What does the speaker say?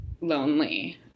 lonely